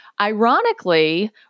ironically